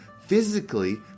physically